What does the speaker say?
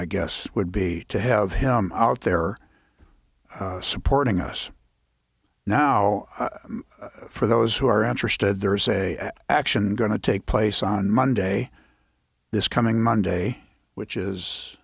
i guess would be to have him out there supporting us now for those who are interested there is a action going to take place on monday this coming monday which is